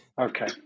Okay